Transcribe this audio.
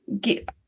get